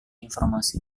informasi